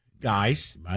Guys